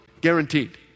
Guaranteed